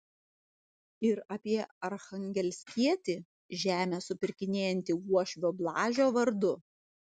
ir apie archangelskietį žemę supirkinėjantį uošvio blažio vardu